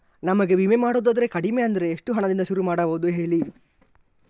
ನಮಗೆ ವಿಮೆ ಮಾಡೋದಾದ್ರೆ ಕಡಿಮೆ ಅಂದ್ರೆ ಎಷ್ಟು ಹಣದಿಂದ ಶುರು ಮಾಡಬಹುದು ಹೇಳಿ